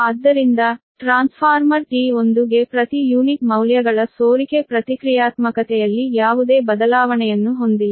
ಆದ್ದರಿಂದ transformer T1 ಗೆ ಪ್ರತಿ ಯೂನಿಟ್ ಮೌಲ್ಯಗಳ ಲೀಕೇಜ್ ಪ್ರತಿಕ್ರಿಯಾತ್ಮಕತೆಯಲ್ಲಿ ಯಾವುದೇ ಬದಲಾವಣೆಯನ್ನು ಹೊಂದಿಲ್ಲ